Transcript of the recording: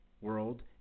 world